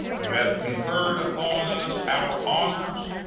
who have conferred upon us our honors,